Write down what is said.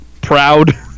proud